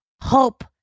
hope